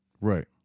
Right